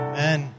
Amen